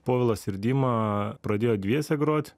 povilas ir dima pradėjo dviese grot